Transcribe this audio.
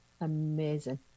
amazing